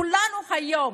כולנו היום